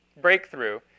breakthrough